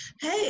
hey